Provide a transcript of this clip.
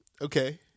Okay